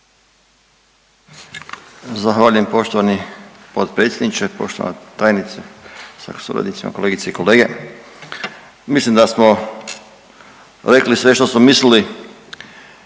Zahvaljujem poštovani potpredsjedniče, poštovana tajnice sa suradnicima, kolegice i kolege. Mislim da smo rekli sve što smo mislili